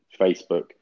Facebook